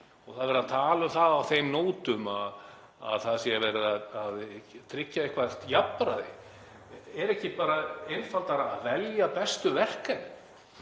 Það er verið að tala um það á þeim nótum að það sé verið að tryggja eitthvert jafnræði. Er ekki bara einfaldara að velja bestu verkefnin?